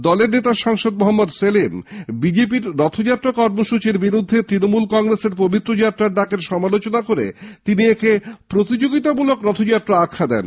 দলের নেতা মহম্মদ সেলিম বিজেপি র রথযাত্রা কর্মসৃচীর বিরুদ্ধে তৃণমূল কংগ্রেসের পবিত্র যাত্রার ডাকের সমালোচনা করে তিনি একে প্রতিযোগিতামূলক যাত্রা আখ্যা দেন